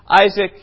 Isaac